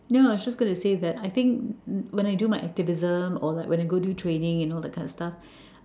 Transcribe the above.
no I was just going to say that I think when I do my activism or like when I go do training you know that kind of stuff